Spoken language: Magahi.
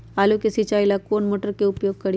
आलू के सिंचाई ला कौन मोटर उपयोग करी?